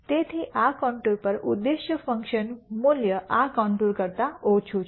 તેથી આ કોન્ટૂર પર ઉદ્દેશ્ય ફંકશન મૂલ્ય આ કોન્ટૂર કરતા ઓછું છે